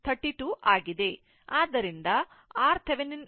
ಆದ್ದರಿಂದ ನೀವು ಇದನ್ನು ಪರಿಶೀಲಿಸಿದರೆ ನಾನು ಅದನ್ನು ಸ್ಪಷ್ಟಗೊಳಿಸುತ್ತೇನೆ